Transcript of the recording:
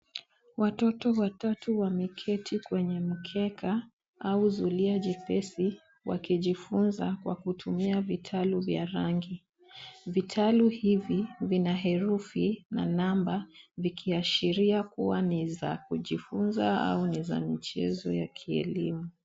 Watoto watatu wameketi kwenye mkeka au zulia jepesi, wakijifunza kwa kutumia vitalu vya rangi. Vitalu hivi vina herufi na namba, vikiashiria kuwa ni za kujifunza au ni za michezo ya kielimu.